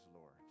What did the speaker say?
Lord